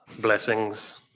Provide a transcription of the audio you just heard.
blessings